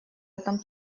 этом